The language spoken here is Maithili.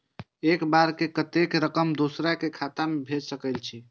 एक बार में कतेक रकम दोसर के खाता में भेज सकेछी?